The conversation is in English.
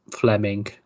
Fleming